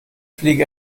fliege